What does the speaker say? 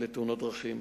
בתאונות דרכים.